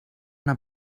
una